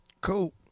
Cool